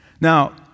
Now